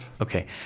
Okay